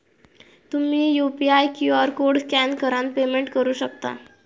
तुम्ही UPI QR code scan करान payment करू शकता